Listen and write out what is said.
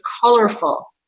colorful